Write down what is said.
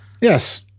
Yes